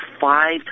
five